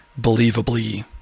believably